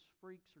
freaks